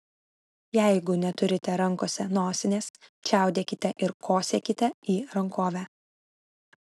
jeigu neturite rankose nosinės čiaudėkite ir kosėkite į rankovę